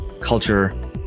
culture